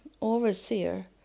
overseer